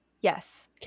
Yes